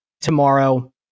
tomorrow